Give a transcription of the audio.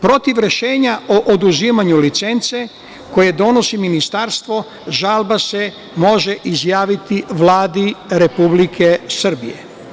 Protiv rešenja o oduzimanju licence koju donosi Ministarstvo žalba se može izjaviti Vladi Republike Srbije.